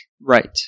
Right